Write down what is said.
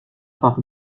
par